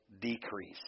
decrease